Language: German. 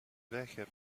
welcher